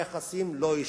היחסים לא יישברו.